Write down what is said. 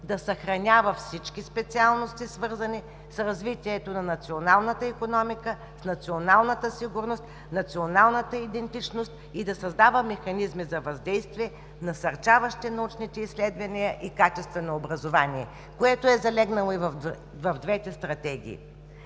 да съхранява всички специалности, свързани с развитието на националната икономика, с националната сигурност, националната идентичност и да създава механизми за въздействие, насърчаващи научните изследвания и качествено образование, което е залегнало и в двете стратегии.